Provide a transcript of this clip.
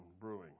brewing